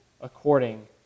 according